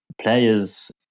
players